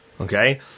Okay